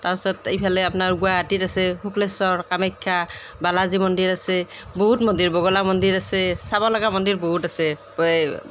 তাৰ পিছত এইফালে আপোনাৰ গুৱাহাটীত আছে শুক্লেশ্বৰ কামাখ্যা বালাজী মন্দিৰ আছে বহুত মন্দিৰ বগলা মন্দিৰ আছে চাবলগা মন্দিৰ বহুত আছে